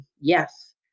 Yes